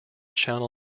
channel